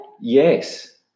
Yes